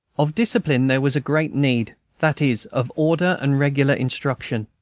of discipline there was great need, that is, of order and regular instruction.